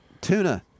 Tuna